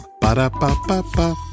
Ba-da-ba-ba-ba